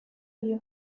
dio